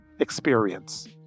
experience